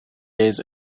days